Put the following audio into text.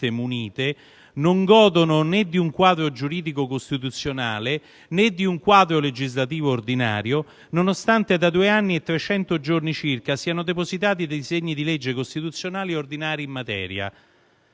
munite, non godono né di un quadro giuridico costituzionale né di un quadro legislativo ordinario, nonostante da due anni e 300 giorni circa siano depositati disegni di legge costituzionali e ordinari in materia.